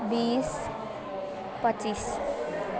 बिस पच्चिस